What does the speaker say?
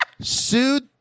sued